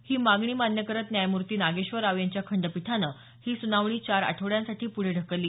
ही मागणी मान्य करत न्यायमूर्ती नागेश्वर राव यांच्या खंडपीठानं ही सुनावणी चार आठवड्यांसाठी पुढे ढकलली